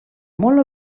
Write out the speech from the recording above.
molt